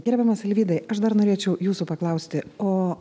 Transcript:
gerbiamas arvydai aš dar norėčiau jūsų paklausti o